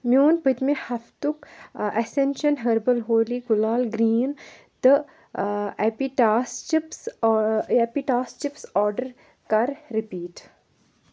میون پٔتۍمہِ ہفتُک اٮ۪سٮ۪نشَن ۂربَل ہولی گُلال گرٛیٖن تہٕ اٮ۪پِٹاس چِپٕس اٮ۪پِٹاس چِپٕس آڈَر کَر رِپیٖٹ